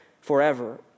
forever